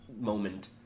moment